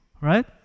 right